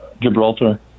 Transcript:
Gibraltar